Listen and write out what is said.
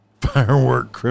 firework